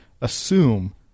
assume